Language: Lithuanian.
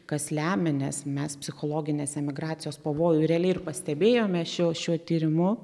kas lemia nes mes psichologinės emigracijos pavojų realiai ir pastebėjome šio šiuo tyrimu